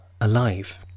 alive